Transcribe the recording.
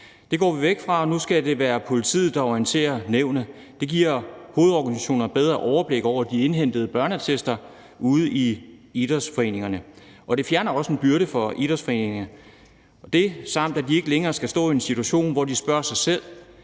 Det går vi væk fra, og nu skal det være politiet, der orienterer nævnet. Det giver hovedorganisationerne bedre overblik over de indhentede børneattester ude i idrætsforeningerne, og det fjerner også en byrde fra idrætsforeningerne, og de ikke skal længere stå i en situation, hvor de spørger sig selv: